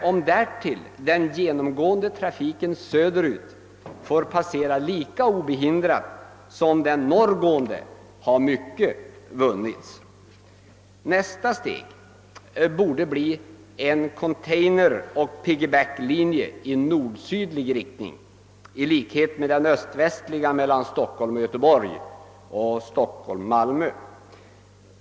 Om därtill den genomgående trafiken söderut får passera lika obehindrat som den norrgående, har mycket vunnits. Nästa steg borde bli en containeroch piggy-back-linje i nord—sydlig riktning 1 likhet med den öst—västliga mellan Stockholm och Göteborg och mellan Stockholm och Malmö.